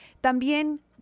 También